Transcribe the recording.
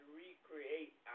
recreate